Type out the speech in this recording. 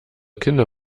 kinder